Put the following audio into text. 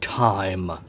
Time